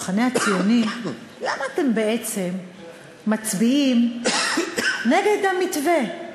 המחנה הציוני: למה אתם בעצם מצביעים נגד המתווה?